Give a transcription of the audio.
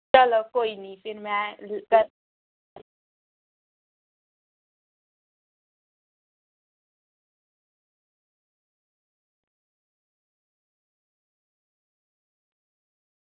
चलो कोई निं फिर में